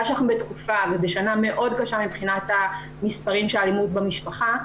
שאנחנו בתקופה ובשנה מאוד קשה מבחינת המספרים של האלימות במשפחה,